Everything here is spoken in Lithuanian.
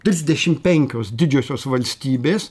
trisdešim penkios didžiosios valstybės